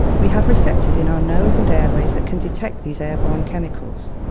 we have receptors in our nose and airways that can detect these air-borne chemicals.